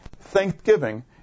thanksgiving